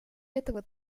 этого